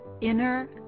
Inner